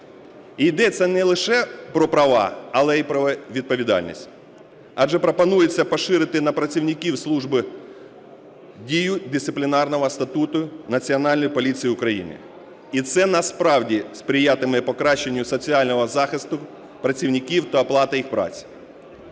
Йдеться не лише про права, але і про відповідальність, адже пропонується поширити на працівників служби дію Дисциплінарного статуту Національної поліції України. І це насправді сприятиме покращенню соціального захисту працівників та оплати їх праці.